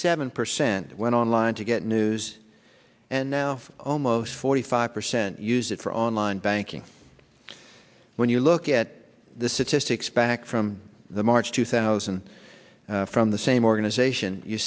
seven percent went online to get news and now almost forty five percent use it for online banking when you look at the statistics back from the march two thousand from the same organization you